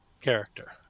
character